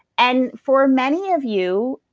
and for many of you,